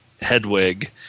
Hedwig